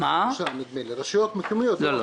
רשויות מקומיות, לא?